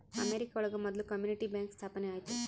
America ಒಳಗ ಮೊದ್ಲು community bank ಸ್ಥಾಪನೆ ಆಯ್ತು